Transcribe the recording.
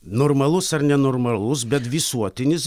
normalus ar nenormalus bet visuotinis